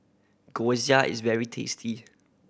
is very tasty